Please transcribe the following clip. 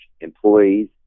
employees